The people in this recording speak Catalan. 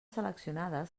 seleccionades